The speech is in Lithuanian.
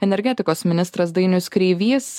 energetikos ministras dainius kreivys